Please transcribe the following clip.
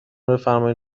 بفرمایین